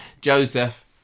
Joseph